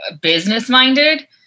business-minded